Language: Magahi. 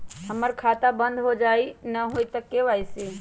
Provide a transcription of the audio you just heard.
हमर खाता बंद होजाई न हुई त के.वाई.सी?